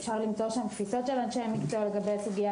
אפשר למצוא שם תפיסות של אנשי מקצוע לגבי הסוגיה,